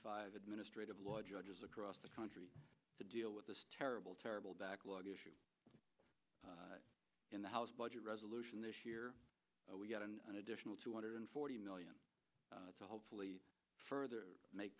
five administrative law judges across the country to deal with this terrible terrible backlog in the house budget resolution this year we've gotten an additional two hundred forty million to hopefully further make